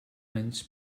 eins